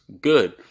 good